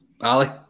Ali